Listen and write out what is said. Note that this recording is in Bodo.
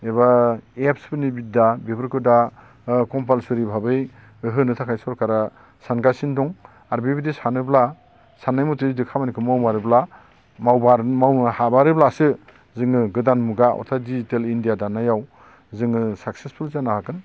एबा एफ्सफोरनि बिद्दा बेफोरखौ दा कमपलसारि भाबै होनो थाखाय सरखारा सानगासिनो दं आर बेबायदि सानोब्ला साननाय मथे जुदि खामानिखौ मावमारोब्ला मावनो हामारोब्लासो जोङो गोदान मुगा अथाद डिजिटेल इन्डिया दानायाव जोङो साक्सेसफुल जानो हागोन